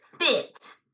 fit